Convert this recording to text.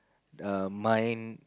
err mine